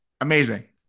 amazing